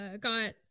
got